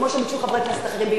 כמו שביקשו חברי כנסת אחרים,